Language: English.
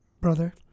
brother